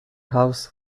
house